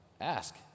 ask